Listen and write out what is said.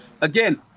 Again